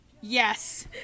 Yes